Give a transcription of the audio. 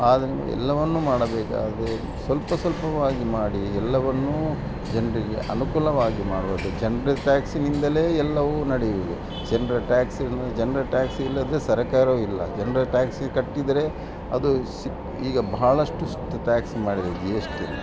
ಆದರೆ ಎಲ್ಲವನ್ನು ಮಾಡಬೇಕು ಆದರೆ ಸ್ವಲ್ಪ ಸ್ವಲ್ಪವಾಗಿ ಮಾಡಿ ಎಲ್ಲವನ್ನು ಜನರಿಗೆ ಅನುಕೂಲವಾಗಿ ಮಾಡಬೇಕು ಜನರ ಟ್ಯಾಕ್ಸಿನಿಂದಲೇ ಎಲ್ಲವೂ ನಡೆಯುವುದು ಜನರ ಟ್ಯಾಕ್ಸ್ ಜನರ ಟ್ಯಾಕ್ಸ್ ಇಲ್ಲದೆ ಸರಕಾರವಿಲ್ಲ ಜನರ ಟ್ಯಾಕ್ಸ್ ಕಟ್ಟಿದರೆ ಅದೂ ಸ ಈಗ ಬಹಳಷ್ಟು ಟ್ಯಾಕ್ಸ್ ಮಾಡಿದೆ ಜಿ ಎಸ್ ಟಿಯಲ್ಲಿ